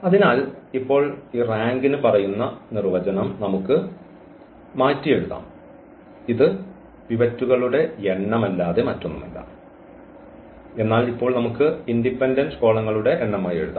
അതിനാൽ ഇപ്പോൾ ഈ റാങ്കിന് പറയുന്ന നിർവചനം നമുക്ക് മാറ്റിയെഴുതാം ഇത് പിവറ്റുകളുടെ എണ്ണമല്ലാതെ മറ്റൊന്നുമല്ല എന്നാൽ ഇപ്പോൾ നമുക്ക് ഇൻഡിപെൻഡന്റ് കോളങ്ങളുടെ എണ്ണമായി എഴുതാം